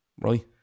right